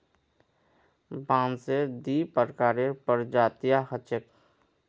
बांसेर दी प्रकारेर प्रजातियां ह छेक